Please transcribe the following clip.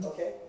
Okay